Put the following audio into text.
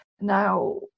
now